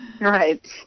Right